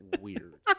weird